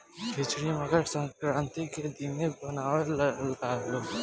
खिचड़ी मकर संक्रान्ति के दिने बनावे लालो